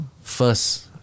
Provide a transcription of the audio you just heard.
first